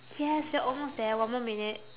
yes we're almost there one more minute